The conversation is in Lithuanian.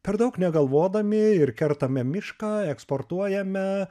per daug negalvodami ir kertame mišką eksportuojame